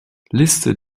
liste